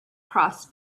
cross